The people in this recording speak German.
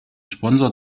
sponsor